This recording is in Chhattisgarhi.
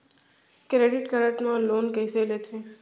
क्रेडिट कारड मा लोन कइसे लेथे?